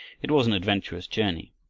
it was an adventurous journey.